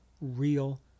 real